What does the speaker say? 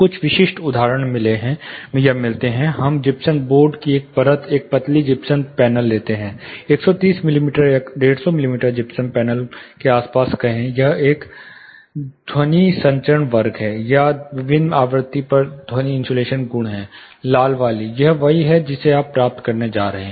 कुछ विशिष्ट उदाहरण मिलते हैं हम जिप्सम बोर्ड की एक परत एक पतली जिप्सम पैनल लेते हैं 130 मिमी या 150 मिमी जिप्सम पैनल के आसपास कहें यह एक ध्वनि संचरण वर्ग है या विभिन्न आवृत्ति पर ध्वनि इन्सुलेशन गुण है लाल वाली यह वही है जो आप प्राप्त करने जा रहे हैं